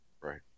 Right